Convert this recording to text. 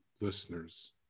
listeners